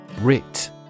Writ